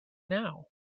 now